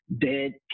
dead